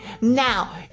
Now